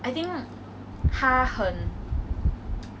you know there was one time he shouted again